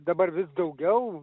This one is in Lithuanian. dabar vis daugiau